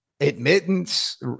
admittance